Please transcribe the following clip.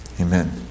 Amen